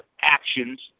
actions